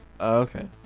okay